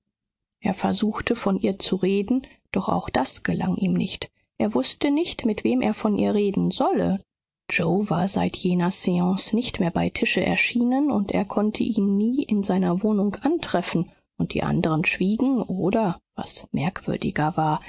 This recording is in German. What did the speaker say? er versuchte von ihr zu reden doch auch das gelang ihm nicht er wußte nicht mit wem er von ihr reden solle yoe war seit jener seance nicht mehr bei tische erschienen und er konnte ihn nie in seiner wohnung antreffen und die andern schwiegen oder was merkwürdiger war